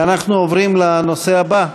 ואנחנו עוברים לנושא הבא: